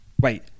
Wait